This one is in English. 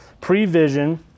Prevision